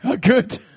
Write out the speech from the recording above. Good